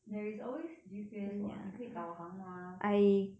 there is always G_P_S [what] 你可以导航 mah